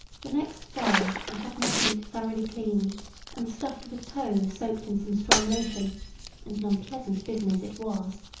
the next day i had my feet thoroughly cleansed and stuffed with tow soaked in some strong lotion and an unpleasant business it was.